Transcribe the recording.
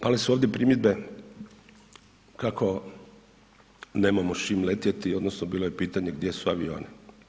Pale su ovdje primjedbe kako nemamo s čim letjeti odnosno bilo je pitanje gdje su avioni.